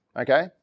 Okay